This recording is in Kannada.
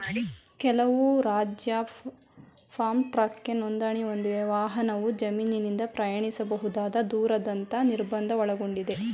ಕೆಲವು ರಾಜ್ಯ ಫಾರ್ಮ್ ಟ್ರಕ್ಗೆ ನೋಂದಣಿ ಹೊಂದಿವೆ ವಾಹನವು ಜಮೀನಿಂದ ಪ್ರಯಾಣಿಸಬಹುದಾದ ದೂರದಂತ ನಿರ್ಬಂಧ ಒಳಗೊಂಡಿದೆ